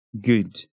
good